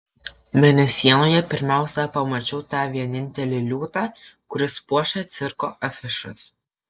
mėnesienoje pirmiausia pamačiau tą vienintelį liūtą kuris puošia cirko afišas